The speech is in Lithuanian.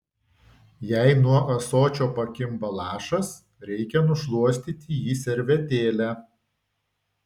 jei nuo ąsočio pakimba lašas reikia nušluostyti jį servetėle